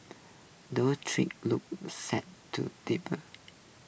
those tree look set to deepen